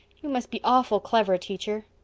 you must be awful clever, teacher